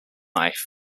knife